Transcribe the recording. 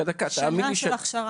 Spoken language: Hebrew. שנה של הכשרה.